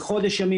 לחודש ימים,